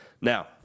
Now